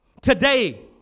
Today